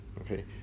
Okay